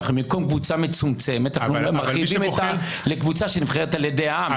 במקום קבוצה מצומצמת אנחנו מחריגים אותה לקבוצה שנבחרת על ידי העם.